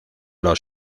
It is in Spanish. los